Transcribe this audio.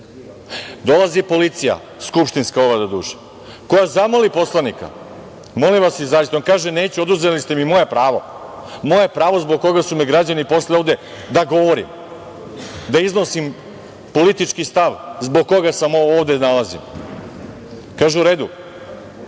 dolazi policija, skupštinska ova, doduše, koja zamoli poslanika: „Molim vas, izađite“. On kaže: „Neću, oduzeli ste mi moje pravo, moje pravo zbog koga su me građani poslali ovde, da govorim, da iznosim politički stav, zbog koga se ovde nalazim“. Kaže – u redu,